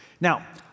Now